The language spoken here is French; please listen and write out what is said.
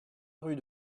rue